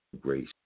grace